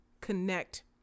connect